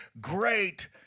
great